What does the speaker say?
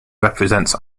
represents